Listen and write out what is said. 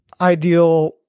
ideal